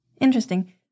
Interesting